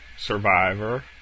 survivor